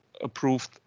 approved